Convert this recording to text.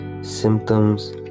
Symptoms